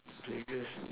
Vegas